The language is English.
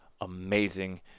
amazing